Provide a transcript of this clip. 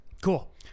cool